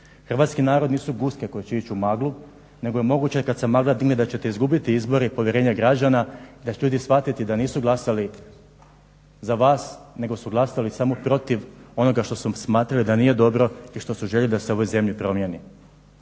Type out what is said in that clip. Hrvatski narod nisu guske koje će ići u maglu nego je moguće kad se magla digne da ćete izgubiti izbore i povjerenje građana i da će ljudi shvatiti da nisu glasali za vas nego su glasali samo protiv onoga što su smatrali da nije dobro i što su željeli da se u ovoj zemlji promjeni.